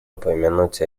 упомянуть